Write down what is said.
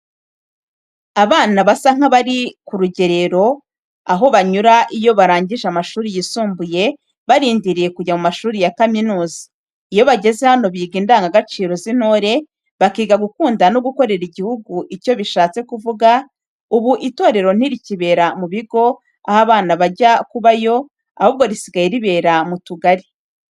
Abana basa nkabari kurugerero aho banyura iyo barangije amashuri yisumbuye barindiriye kujya mu mashuri ya kaminuza, iyo bageze hano biga indanga gaciro z'intore, bakiga gukunda no gukorera igihugu icyo bishatse kuvuga, ubu itorero ntirikibera mubigo aho abana bajya kubayo ahubwo risigaye ribera mu tugari.